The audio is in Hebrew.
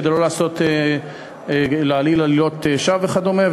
כדי לא להעליל עלילות שווא וכדומה,